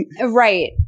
Right